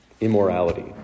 immorality